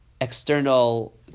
external